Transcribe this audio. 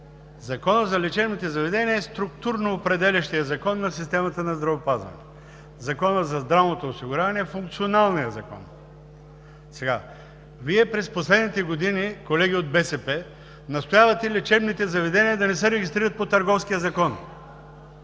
Законът за лечебните заведения е структурно определящият закон за системата на здравеопазването. Законът за здравното осигуряване е функционалният закон. Вие, колеги от БСП, през последните години настоявате лечебните заведения да не се регистрират по Търговския закон.